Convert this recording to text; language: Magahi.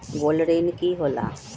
गोल्ड ऋण की होला?